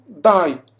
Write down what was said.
die